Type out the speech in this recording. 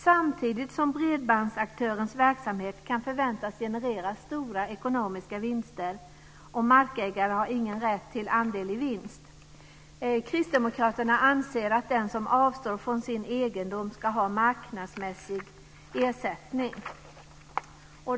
Samtidigt kan bredbandsaktörens verksamhet förväntas generera stora ekonomiska vinster. Markägare har ingen rätt till andel i vinst. Kristdemokraterna anser att den som avstår från sin egendom ska ha marknadsmässig ersättning.